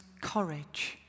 courage